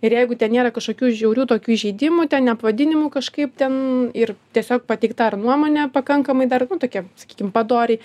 ir jeigu ten nėra kažkokių žiaurių tokių įžeidimų ten apvadinimų kažkaip ten ir tiesiog pateikta ar nuomonė pakankamai dar nu tokia sakykim padori